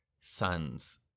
sons